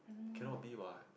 can not be what